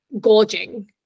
gorging